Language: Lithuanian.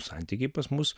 santykiai pas mus